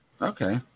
okay